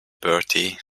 bertie